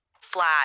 flat